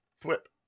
Flip